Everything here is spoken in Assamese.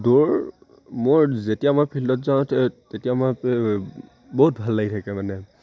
দৌৰ মোৰ যেতিয়া মই ফিল্ডত যাওঁ তেতিয়া মই বহুত ভাল লাগি থাকে মানে